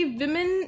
women